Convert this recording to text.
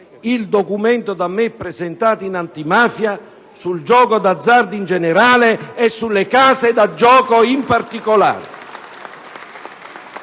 il documento da me presentato in Commissione antimafia sul gioco d'azzardo, in generale, e sulle case da gioco, in particolare.